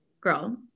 girl